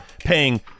Paying